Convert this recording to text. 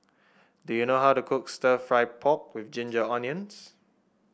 do you know how to cook stir fry pork with Ginger Onions